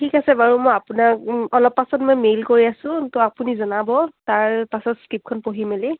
ঠিক আছে বাৰু মই আপোনাক অলপ পাছত মই মেইল কৰি আছোঁ ত' আপুনি জনাব তাৰ পাছত স্কিপ্টখন পঢ়ি মেলি